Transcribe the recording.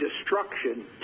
destruction